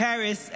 Paris,